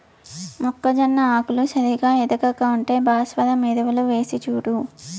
మొక్కజొన్న ఆకులు సరిగా ఎదగక ఉంటే భాస్వరం ఎరువులు వేసిచూడు